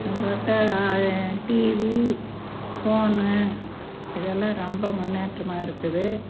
பார்த்தா TV phone இதெல்லாம் ரொம்ப முன்னேற்றமாக இருக்குது